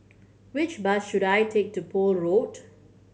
which bus should I take to Poole Road